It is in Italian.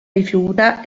rifiuta